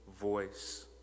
voice